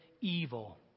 evil